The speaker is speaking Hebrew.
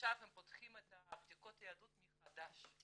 עכשיו הם פותחים את בדיקות היהדות מחדש.